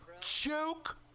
Joke